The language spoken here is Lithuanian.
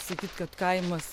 sakyt kad kaimas